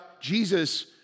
Jesus